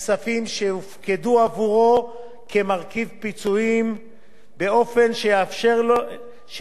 כמרכיב פיצויים באופן שיאפשר לו למשוך אותם בכל עת,